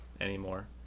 anymore